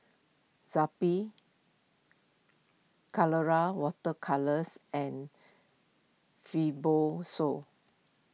Zappy Colora Water Colours and Fibrosol